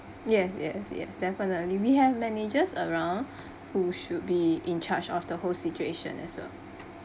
yes yes yes definitely we have managers around who should be in charge of the whole situation as well